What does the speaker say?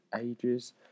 ages